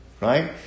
Right